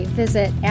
visit